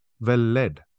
well-led